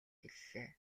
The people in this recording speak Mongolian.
хэллээ